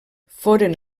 foren